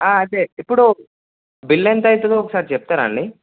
అదే ఇప్పుడు బిల్లు ఎంత అవుతుందో ఒకసారి చెప్తారా అండి